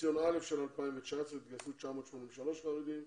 בחציון הראשון של 2019 התגייסו 983 חרדים,